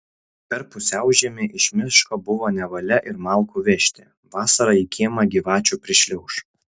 per pusiaužiemį iš miško buvo nevalia ir malkų vežti vasarą į kiemą gyvačių prišliauš